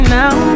now